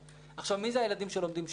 מי זה הילדים שלומדים שם?